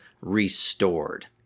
restored